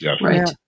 Right